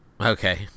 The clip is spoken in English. Okay